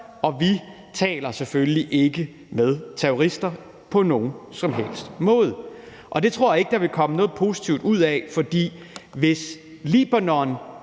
og vi taler selvfølgelig ikke med terrorister på nogen som helst måde. Jeg tror ikke, der vil komme noget positivt ud af det, for hvis Libanons